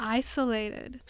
isolated